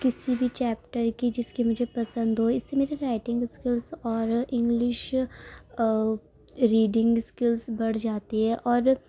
کسی بھی چیپٹر کی جس کی مجھے پسند ہو اس سے میری رائٹنگ اسکلس اور انگلش اور ریڈنگ اسکلس بڑھ جاتی ہے اور